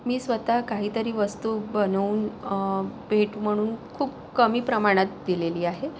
मी स्वतः काहीतरी वस्तू बनवून भेट म्हणून खूप कमी प्रमाणात दिलेली आहे